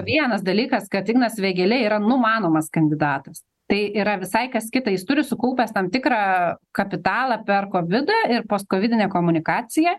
vienas dalykas kad ignas vėgėlė yra numanomas kandidatas tai yra visai kas kita jis turi sukaupęs tam tikrą kapitalą per kovidą ir postkovidinę komunikaciją